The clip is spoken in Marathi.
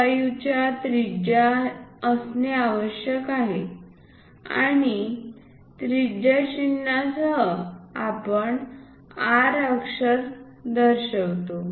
25 चा त्रिज्या असणे आवश्यक आहे आणि त्रिज्या चिन्हासाठी आपण R अक्षर वापरतो